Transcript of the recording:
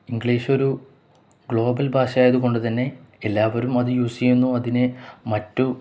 ഇംഗ്ലീഷൊരു global ഭാഷയായതുകൊണ്ടുതന്നെ എല്ലാവരും അത് യൂസെയ്യുന്നു അതിനെ മറ്റു